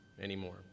anymore